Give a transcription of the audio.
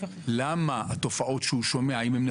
למה התופעות שהוא שומע עליהן קיימות,